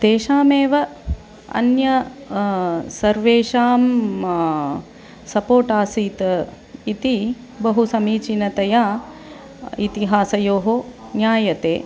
तेषामेव अन्य सर्वेषां सपोर्ट् आसीत् इति बहु समीचीनतया इतिहासयोः ज्ञायते